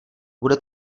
bude